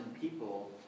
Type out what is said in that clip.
people